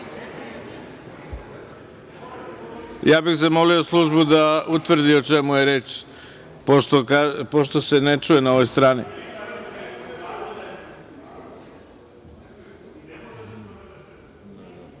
bih službu da utvrdi o čemu je reč, pošto se ne čuje na ovoj strani.Za